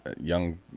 young